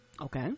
okay